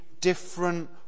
different